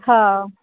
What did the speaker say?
हा